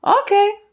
Okay